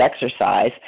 exercise